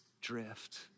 drift